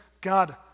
God